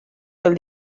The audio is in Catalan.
del